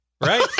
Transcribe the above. right